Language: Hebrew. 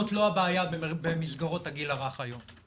זאת לא הבעיה במסגרות הגיל הרך היום.